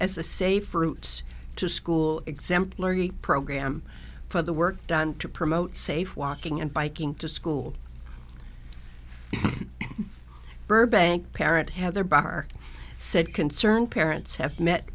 a safe routes to school exemplary program for the work done to promote safe walking and biking to school burbank parent have their bar said concerned parents have met